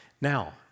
Now